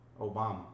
Obama